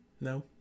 No